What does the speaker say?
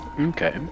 Okay